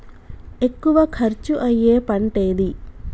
ఎక్కువ ఖర్చు అయ్యే పంటేది?